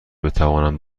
بتوانم